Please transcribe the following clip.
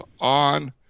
on